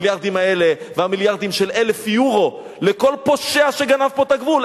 המיליארדים האלה והמיליארדים של 1,000 יורו לכל פושע שגנב פה את הגבול.